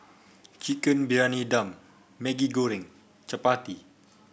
Chicken Briyani Dum Maggi Goreng chappati